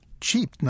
cheap